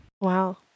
Wow